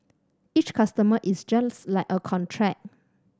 each customer is just like a contract